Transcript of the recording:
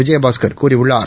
விஜயபாஸ்கள் கூறியுள்ளார்